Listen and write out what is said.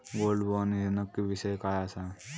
Gold bond ह्यो नक्की विषय काय आसा?